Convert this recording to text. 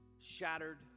shattered